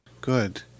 Good